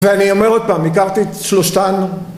ואני אומר עוד פעם, הכרתי את שלושתן...